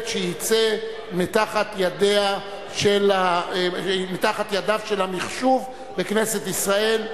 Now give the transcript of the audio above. שיצא מתחת ידיו של המחשוב בכנסת ישראל.